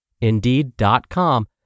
Indeed.com